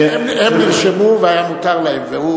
הם נרשמו והיה מותר להם.